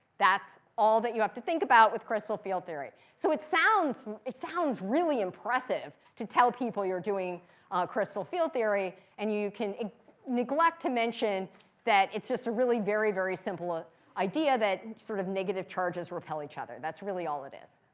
that's all that you have to think about with crystal field theory. so it sounds it sounds really impressive to tell people you're doing crystal field theory. and you can neglect to mention that it's just a really very, very simple ah idea that, sort of, negative charges repel each other. that's really all it is.